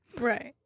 Right